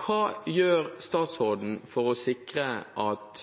Hva gjør statsråden for å sikre at